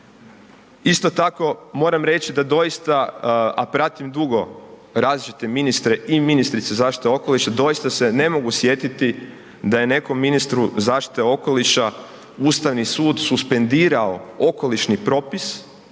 Isto tako, moramo reći da doista, a pratim dugo različite ministre i ministrice zaštite okoliša, doista se ne mogu sjetiti da je nekom ministru zaštite okoliša Ustavni sud suspendirao okolišni propis